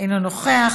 אינו נוכח,